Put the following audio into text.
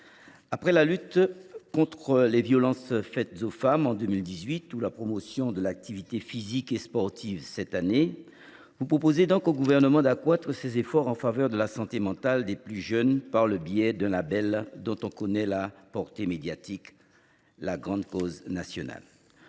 Après la lutte contre les violences faites aux femmes en 2018 et la promotion de l’activité physique et sportive cette année, il est donc proposé au Gouvernement d’accroître ses efforts en faveur de la santé mentale des plus jeunes par le biais d’un label dont on connaît la portée médiatique : la grande cause nationale.